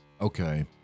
Okay